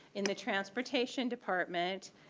in the transportation department,